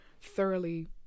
thoroughly